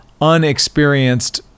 unexperienced